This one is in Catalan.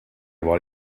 vol